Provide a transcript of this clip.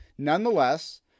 Nonetheless